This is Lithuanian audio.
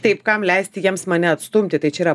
taip kam leisti jiems mane atstumti tai čia yra